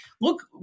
look